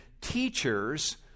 teachers